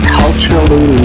culturally